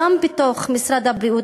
גם בתוך משרד הבריאות,